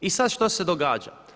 I sad što se događa?